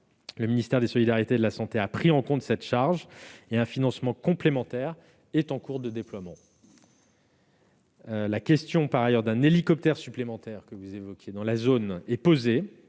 Le ministère des solidarités et de la santé a pris en compte cette charge et un financement complémentaire est en cours de déploiement. La question d'un hélicoptère supplémentaire dans la zone est posée,